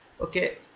Okay